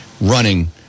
running